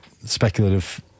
speculative